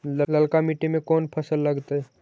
ललका मट्टी में कोन फ़सल लगतै?